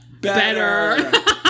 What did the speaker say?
Better